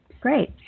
Great